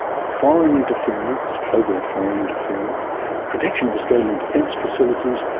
foreign interference covert foreign interference protection of australian defence facilities,